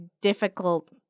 difficult